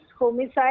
homicide